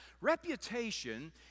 Reputation